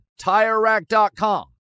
TireRack.com